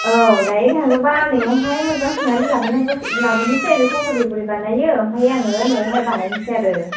औ दायो थाङोबा नोंनावहाय मोजां सोंनानै लाबोनांगौ लाबोनोसै बेखौ बोरै बोरै बानायो ओमफाय आङो नआवहाय बानायनोसै आरो